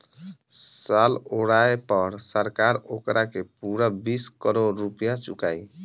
साल ओराये पर सरकार ओकारा के पूरा बीस करोड़ रुपइया चुकाई